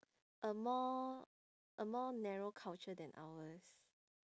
a more a more narrow culture then ours